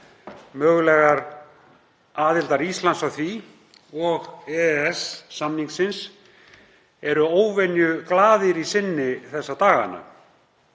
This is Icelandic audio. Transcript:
mögulegrar aðildar Íslands að því og EES-samningsins eru óvenjuglaðir í sinni þessa dagana.